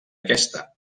aquesta